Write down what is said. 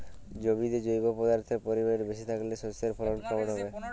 জমিতে জৈব পদার্থের পরিমাণ বেশি থাকলে শস্যর ফলন কেমন হবে?